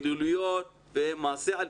מילוליות ומעשי אלימות.